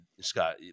Scott